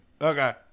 Okay